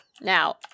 now